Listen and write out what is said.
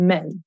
Men